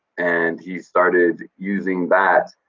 and he started using that